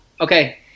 Okay